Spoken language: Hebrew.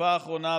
בתקופה האחרונה,